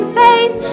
faith